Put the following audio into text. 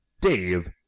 Dave